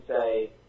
say